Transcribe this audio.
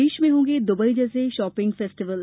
देश में होंगे द्बई जैसे शॉपिग फेस्टिवल